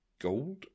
gold